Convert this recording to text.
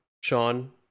Sean